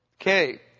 Okay